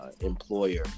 employer